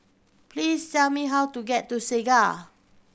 please tell me how to get to Segar